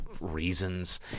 reasons